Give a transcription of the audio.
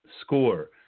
score